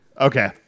Okay